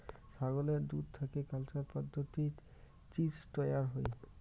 ছাগলের দুধ থাকি কালচার পদ্ধতিত চীজ তৈয়ার হই